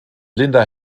linda